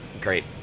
Great